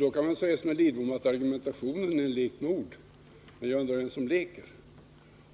Man kan säga som herr Lidbom att argumentationen är en lek med ord, men jag undrar vem som leker.